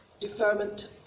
deferment